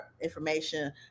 information